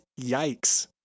Yikes